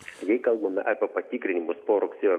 jei kalbame apie patikrinimus po rugsėjo